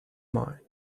mind